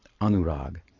Anurag